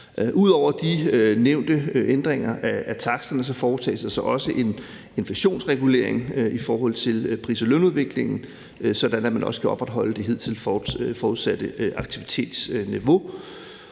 Ud over de nævnte ændringer af taksterne foretages der også en inflationsregulering i forhold til pris- og lønudviklingen, sådan at man kan opretholde det hidtil forudsatte aktivitetsniveau.